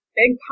big